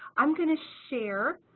i'm going to share